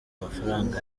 amafaranga